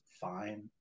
fine